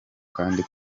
kandi